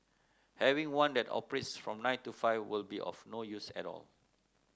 having one that operates from nine to five will be of no use at all